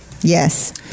yes